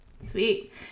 Sweet